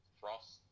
Frost